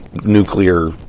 nuclear